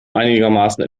einigermaßen